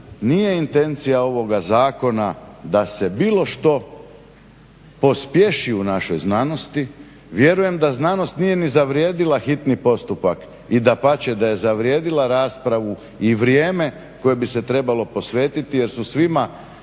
nije intencija ovoga zakona da se bilo što pospješi u našoj znanosti. Vjerujem da znanost nije ni zavrijedila hitni postupak, i dapače da je zavrijedila raspravu i vrijeme koje bi se trebalo posvetiti jer su svima